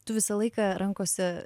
tu visą laiką rankose